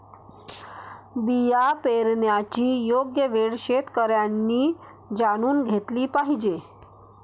बिया पेरण्याची योग्य वेळ शेतकऱ्यांनी जाणून घेतली पाहिजे